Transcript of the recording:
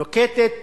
נוקטת